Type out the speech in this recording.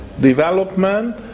development